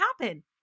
happen